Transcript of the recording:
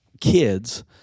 kids